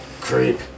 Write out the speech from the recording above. Creep